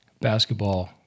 basketball